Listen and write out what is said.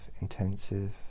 intensive